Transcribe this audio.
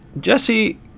Jesse